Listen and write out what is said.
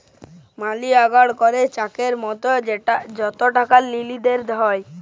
মালি order অলেকটা চ্যাকের মতো যেটতে টাকার লেলদেল হ্যয়